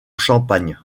champagne